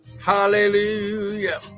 Hallelujah